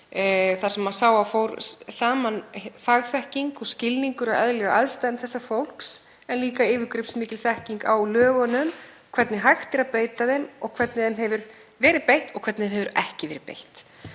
þar sem maður sá að þar fór saman fagþekking og skilningur á eðli og aðstæðum þessa fólks en líka yfirgripsmikil þekking á lögunum, hvernig hægt er að beita þeim og hvernig þeim hefur verið beitt og hvernig þeim hefur ekki verið beitt.